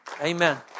Amen